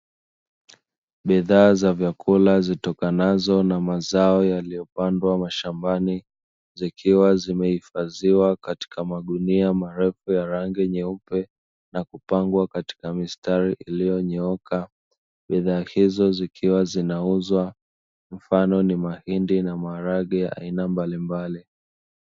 Bidhaa za vyakula zitokanazo na mazao yaliyopandwa mashambani zikiwa zimehifadhiwa katika magunia marefu ya rangi nyeupe, na kupangwa katika mistari iliyonyooka, bidhaa hizo zikiwa zinauzwa mfano ni mahindi na maharage ya aina mbalimbali.